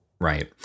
Right